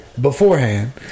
Beforehand